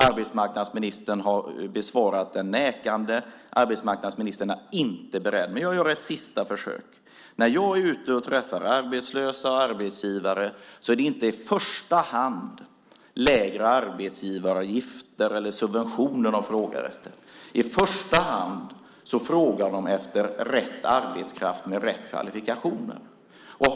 Arbetsmarknadsministern har besvarat den nekande. Arbetsmarknadsministern är inte beredd. Men jag gör ett sista försök. När jag är ute och träffar arbetslösa och arbetsgivare är det inte i första hand lägre arbetsgivaravgifter eller subventioner de frågar efter. I första hand frågar de efter rätt arbetskraft med rätt kvalifikationer.